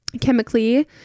chemically